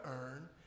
earn